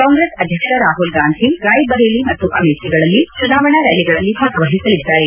ಕಾಂಗ್ರೆಸ್ ಅಧ್ಯಕ್ಷ ರಾಹುಲ್ಗಾಂಧಿ ರಾಯ್ಬರೇಲಿ ಮತ್ತು ಅಮೇಥಿಗಳಲ್ಲಿ ಚುನಾವಣಾ ರ್ನಾಲಿಗಳಲ್ಲಿ ಭಾಗವಹಿಸಲಿದ್ದಾರೆ